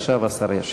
עכשיו השר ישיב.